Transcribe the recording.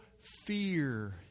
fear